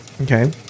Okay